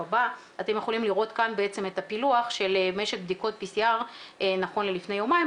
אתם יכולים לראות כאן את הפילוח של משק בדיקות PCR נכון ללפני יומיים,